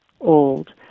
old